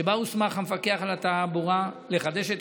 שבה הוסמך המפקח על התעבורה לחדש את